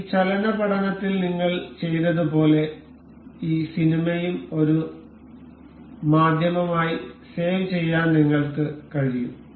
ഈ ചലന പഠനത്തിൽ നിങ്ങൾ ചെയ്തതു പോലെ ഈ സിനിമയും ഒരു മാധ്യമമായി സേവ് ചെയ്യാൻ നിങ്ങൾക്ക് കഴിയും